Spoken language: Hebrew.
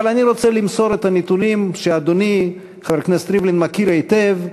אבל אני רוצה למסור את הנתונים שאדוני חבר הכנסת ריבלין מכיר היטב,